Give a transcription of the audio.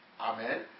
Amen